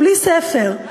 בלי ספר,